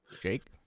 Jake